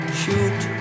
shoot